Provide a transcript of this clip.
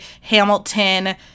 Hamilton